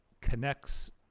connects